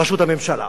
ראשות הממשלה.